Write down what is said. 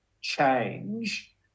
change